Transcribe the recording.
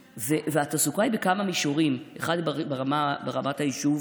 התעסוקה היא בכמה מישורים: 1. ברמת היישוב,